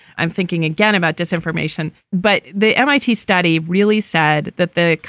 i'm thinking again about disinformation. but the m i t. study really said that the.